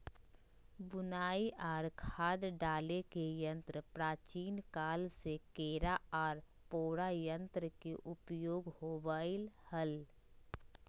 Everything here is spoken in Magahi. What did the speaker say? बुवाई आर खाद डाले के यंत्र प्राचीन काल से केरा आर पोरा यंत्र के उपयोग होवई हल